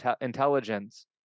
intelligence